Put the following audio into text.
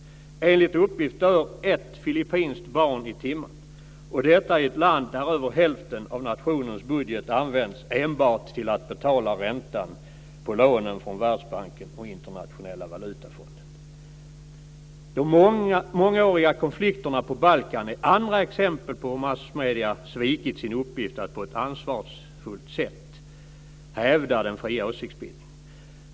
Enligt uppgift dör ett filippinskt barn i timmen, i ett land där över hälften av nationens budget används enbart till att betala räntan på lånen från Världsbanken och Internationella valutafonden. De mångåriga konflikterna på Balkan är andra exempel på hur massmedierna svikit sin uppgift att på ett ansvarsfullt sätt hävda den fria åsiktsbildningen.